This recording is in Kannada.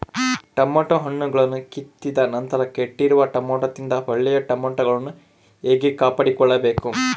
ಟೊಮೆಟೊ ಹಣ್ಣುಗಳನ್ನು ಕಿತ್ತಿದ ನಂತರ ಕೆಟ್ಟಿರುವ ಟೊಮೆಟೊದಿಂದ ಒಳ್ಳೆಯ ಟೊಮೆಟೊಗಳನ್ನು ಹೇಗೆ ಕಾಪಾಡಿಕೊಳ್ಳಬೇಕು?